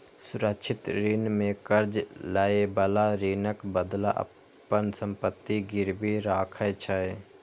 सुरक्षित ऋण मे कर्ज लएबला ऋणक बदला अपन संपत्ति गिरवी राखै छै